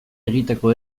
egiteko